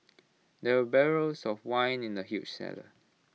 there were barrels of wine in the huge cellar